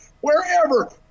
wherever